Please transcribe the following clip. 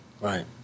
Right